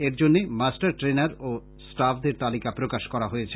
এরজন্য master trainer ও স্টাফদের তালিকা প্রকাশ করা হয়েছে